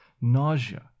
nausea